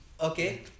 Okay